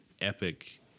Epic